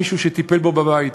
מישהו שטיפל בו בבית.